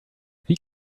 wie